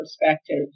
perspective